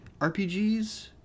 RPGs